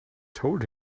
told